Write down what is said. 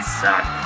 suck